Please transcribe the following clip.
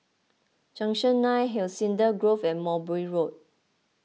Junction nine Hacienda Grove and Mowbray Road